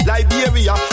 Liberia